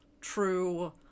true